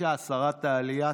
העלייה.